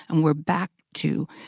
and we're back to,